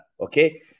Okay